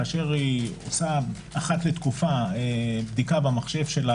כאשר היא עושה אחת לתקופה בדיקה במחשב שלה,